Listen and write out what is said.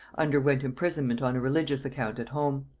underwent imprisonment on a religious account at home.